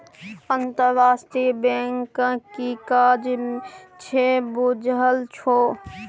अंतरराष्ट्रीय बैंकक कि काज छै बुझल छौ?